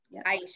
Aisha